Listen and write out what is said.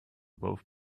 both